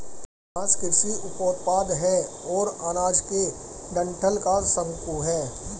घास कृषि उपोत्पाद है और अनाज के डंठल का शंकु है